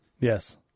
Yes